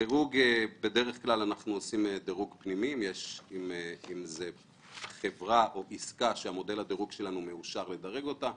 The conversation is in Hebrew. דירוג פנימי כשזו חברה או עסקה שמודל הדירוג שלנו מאושר לדרג אותה.